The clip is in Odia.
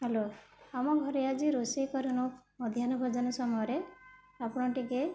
ହ୍ୟାଲୋ ଆମ ଘରେ ଆଜି ରୋଷେଇ କରିନୁ ମଧ୍ୟାହ୍ନ ଭୋଜନ ସମୟରେ ଆପଣ ଟିକିଏ